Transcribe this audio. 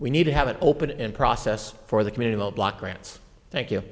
we need to have an open in process for the community block grants thank you